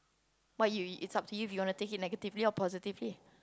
but you it's up to you if you want to take it negatively or positively